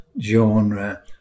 genre